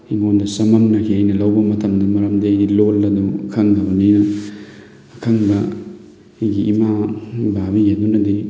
ꯑꯩꯉꯣꯟꯗ ꯆꯃꯝꯅꯈꯤ ꯑꯩꯅ ꯂꯧꯕ ꯃꯇꯝꯗ ꯃꯔꯝꯗꯤ ꯑꯩꯗꯤ ꯂꯣꯜ ꯑꯗꯨ ꯈꯪꯗꯕꯅꯤꯅ ꯑꯈꯪꯕ ꯑꯩꯒꯤ ꯏꯃꯥ ꯚꯥꯕꯤ ꯑꯗꯨꯅꯗꯤ